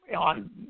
on